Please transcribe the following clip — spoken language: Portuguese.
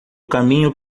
caminho